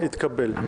הפטור התקבל.